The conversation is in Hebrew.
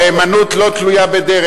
נאמנות לא תלויה בדרך.